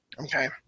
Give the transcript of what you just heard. Okay